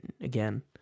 again